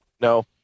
No